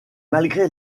malgré